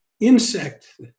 insect